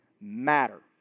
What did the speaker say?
matter